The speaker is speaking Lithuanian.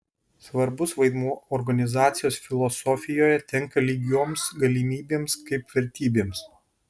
svarbus vaidmuo organizacijos filosofijoje tenka lygioms galimybėms kaip vertybėms